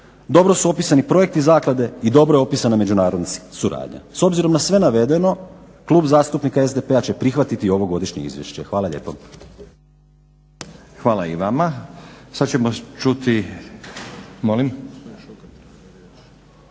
dobro su opisani projekti Zaklade i dobro je opisana međunarodna suradnja. S obzirom na sve navedeno Klub zastupnika SDP-a će prihvatiti ovo Godišnje izvješće. Hvala lijepo. **Stazić, Nenad (SDP)** Hvala i vama. Sad ćemo čuti, molim?